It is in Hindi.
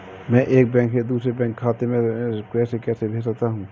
मैं एक बैंक से दूसरे बैंक खाते में पैसे कैसे भेज सकता हूँ?